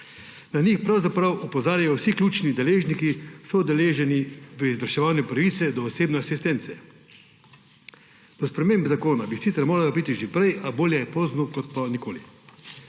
Na njih pravzaprav opozarjajo vsi ključni deležniki, soudeleženi v izvrševanju pravice do osebne asistence. Do sprememb zakona bi sicer moralo priti že prej, a bolje je pozno kot pa nikoli.